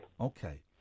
Okay